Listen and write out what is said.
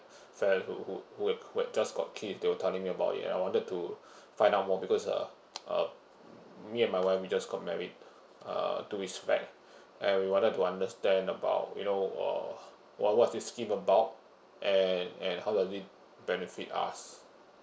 friend who who who had who had just got kid they were telling me about it I wanted to find out more because uh uh me and my wife we just got married uh two weeks back and we wanted to understand about you know uh what what is this scheme about and and how does it benefit us